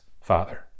Father